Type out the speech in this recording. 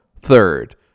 Third